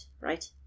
right